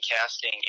casting